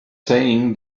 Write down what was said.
saying